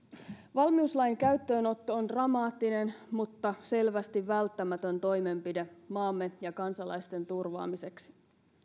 valmiuslain käyttöönotto on dramaattinen mutta selvästi välttämätön toimenpide maamme ja kansalaisten turvaamiseksi